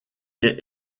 est